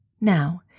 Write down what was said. Now